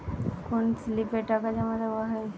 কোন স্লিপে টাকা জমাদেওয়া হয়?